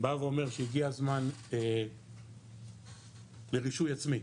בא ואומר שהגיע הזמן לרישוי עצמי,